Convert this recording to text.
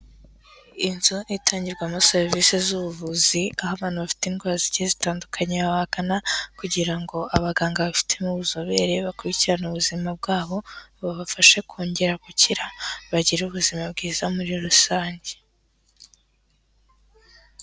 Inzu itangirwamo serivisi z'ubuvuzi aho abantu bafite indwara zigiye zitandukanye bakahagana kugira ngo abaganga bafitemo ubuzobere bakurikirana ubuzima bwabo babafashe kongera gukira bagire ubuzima bwiza muri rusange.